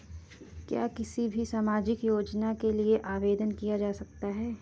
क्या किसी भी सामाजिक योजना के लिए आवेदन किया जा सकता है?